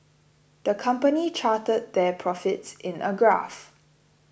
the company charted their profits in a graph